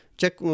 check